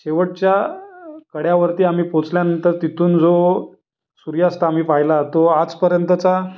शेवटच्या कड्यावरती आम्ही पोचल्यानंतर तिथून जो सूर्यास्त आम्ही पाहिला तो आजपर्यंतचा